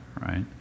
right